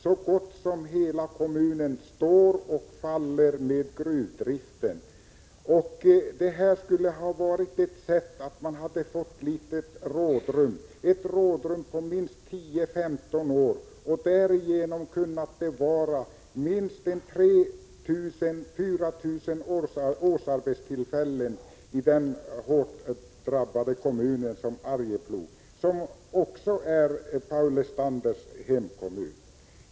Så gott som hela kommunen står och faller med gruvdriften. Kommunen kunde ha fått ett litet rådrum, på 10-15 år, och därigenom bevarat minst 3 000-4 000 årsarbetstillfällen. Arjeplogs kommun, som också är Paul Lestanders hemkommun, är hårt drabbad.